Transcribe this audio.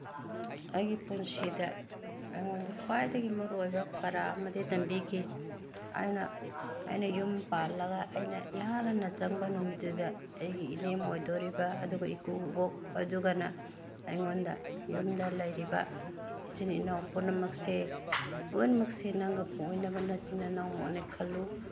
ꯑꯩꯒꯤ ꯄꯨꯟꯁꯤꯗ ꯑꯩꯉꯣꯟꯗ ꯈ꯭ꯋꯥꯏꯗꯒꯤ ꯃꯔꯨꯑꯣꯏꯕ ꯄꯔꯥ ꯑꯃꯗꯤ ꯇꯝꯕꯤꯈꯤ ꯑꯩꯅ ꯑꯩꯅ ꯌꯨꯝ ꯄꯥꯜꯂꯒ ꯑꯩꯅ ꯏꯍꯥꯟ ꯍꯥꯟꯅ ꯆꯪꯕ ꯅꯨꯃꯤꯠꯇꯨꯗ ꯑꯩꯒꯤ ꯏꯅꯦꯝ ꯑꯣꯏꯗꯣꯔꯤꯕ ꯑꯗꯨꯒ ꯏꯀꯨꯕꯣꯛ ꯑꯗꯨꯒꯅ ꯑꯩꯉꯣꯟꯗ ꯌꯨꯝꯗ ꯂꯩꯔꯤꯕ ꯏꯆꯤꯟ ꯏꯅꯥꯎ ꯄꯨꯝꯅꯃꯛꯁꯦ ꯂꯣꯏꯃꯛꯁꯦ ꯅꯪꯒ ꯄꯣꯛꯃꯤꯟꯅꯕ ꯅꯆꯤꯟ ꯅꯅꯥꯎꯃꯛꯅꯤ ꯈꯜꯂꯨ